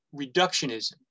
reductionism